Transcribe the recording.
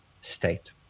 state